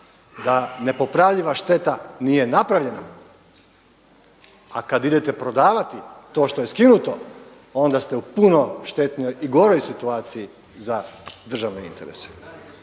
da ne popravljiva šteta nije napravljena, a kad idete prodavati to što je skinuto onda ste u puno štetnijoj i goroj situaciji za državne interese.